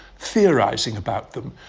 theorizing about them,